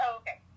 okay